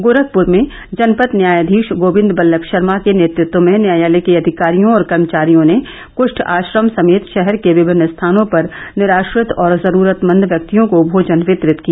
गोरखपुर में जनपद न्यायाधीश गोविन्द बल्लम शर्मा के नेतृत्व में न्यायालय के अधिकारियों और कर्मचारियों ने कृष्ठ आश्रम समेत शहर के विभिन्न स्थानों पर निराश्रित और जरूरतमंद व्यक्तियों को भोजन वितरित किया